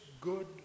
good